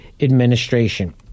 Administration